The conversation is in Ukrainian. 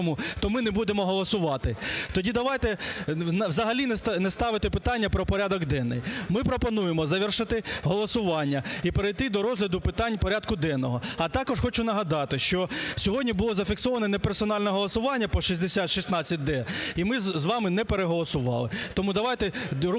то ми не будемо голосувати"? Тоді давайте взагалі не ставити питання про порядок денний. Ми пропонуємо завершити голосування і перейти до розгляду питань порядку денного. А також хочу нагадати, що сьогодні було зафіксовано неперсональне голосування по 6016-д, і ми з вами не переголосували. Тому давайте рухатися